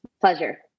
Pleasure